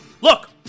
Look